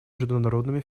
международными